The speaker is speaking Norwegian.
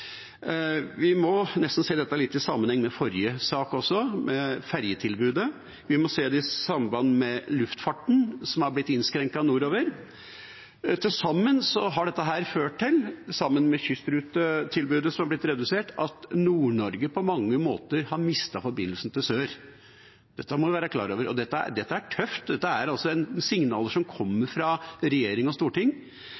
sammenheng med forrige sak, med ferjetilbudet, og vi må se det i samband med luftfarten, som har blitt innskrenket nordover. Til sammen har dette ført til, sammen med kystrutetilbudet som har blitt redusert, at Nord-Norge på mange måter har mistet forbindelsen til sør. Det må vi være klar over. Og dette er tøft, dette er signaler som kommer fra regjering og storting, og spesielt da fra regjeringa, som